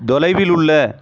தொலைவில் உள்ள